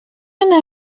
anar